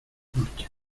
noches